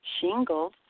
shingles